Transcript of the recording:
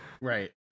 Right